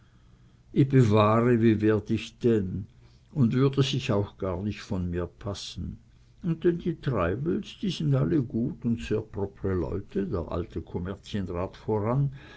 i bewahre wie werd ich denn un würde sich auch gar nich vor mir passen un denn die treibels die sind alle gut un sehr proppre leute der alte kommerzienrat voran